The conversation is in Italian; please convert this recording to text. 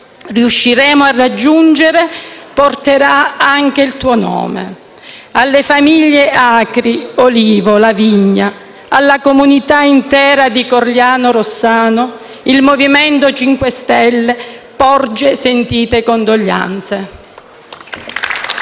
riusciremo a raggiungere, porterà anche il tuo nome. Alle famiglie Acri, Olivo, La Vigna, alla comunità intera di Corigliano-Rossano, il MoVimento 5 Stelle porge sentite condoglianze.